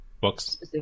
books